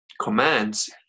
commands